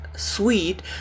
sweet